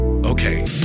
Okay